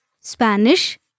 Spanish